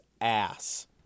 ass